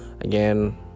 again